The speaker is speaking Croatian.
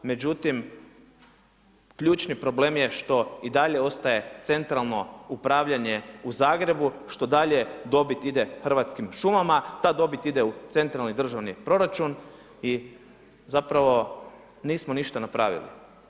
Međutim, ključni problem je što i dalje ostaje centralno upravljanje u Zagrebu što dalje dobit ide Hrvatskim šumama, ta dobit ide u centralni državni proračun i zapravo nismo ništa napravili.